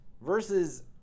Versus